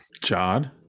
John